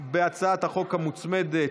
הצעת החוק המוצמדת,